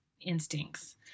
instincts